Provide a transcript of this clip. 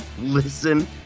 listen